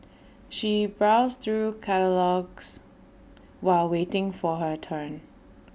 she browsed through catalogues while waiting for her turn